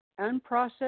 unprocessed